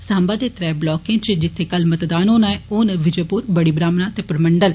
साम्बा दे त्रंऊ ब्लाके च जित्थे कल मतदान होना ऐ ओ न विजयपुर बड़ी ब्राह्मणा ते पुरमंडल